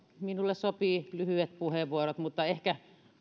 minulle sopivat lyhyet puheenvuorot mutta ehkä